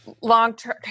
Long-term